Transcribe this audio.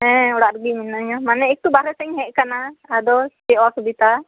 ᱦᱮᱸ ᱚᱲᱟᱜ ᱨᱮᱜᱮ ᱢᱤᱱᱟᱹᱧᱟ ᱢᱟᱱᱮ ᱮᱠᱴᱩ ᱵᱟᱦᱨᱮ ᱥᱮᱫ ᱤᱧ ᱦᱮᱡ ᱟᱠᱟᱱᱟ ᱟᱫᱚ ᱪᱮᱫ ᱚᱥᱩᱵᱤᱫᱷᱟ